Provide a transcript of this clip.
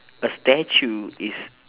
a statue is